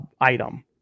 item